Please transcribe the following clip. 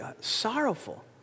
sorrowful